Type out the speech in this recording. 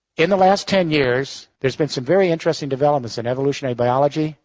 in the last ten years, there's been some very interesting developments in evolutionary biology,